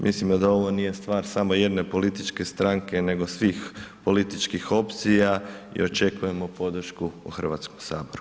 Mislimo da ovo nije stvar samo jedne političke stranke nego svih političkih opcija i očekujemo podršku u Hrvatskom saboru.